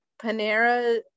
Panera